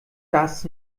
das